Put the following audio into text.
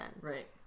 Right